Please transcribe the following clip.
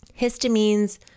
histamines